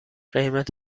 قیمت